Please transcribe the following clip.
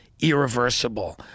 irreversible